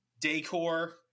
decor